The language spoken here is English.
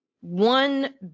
one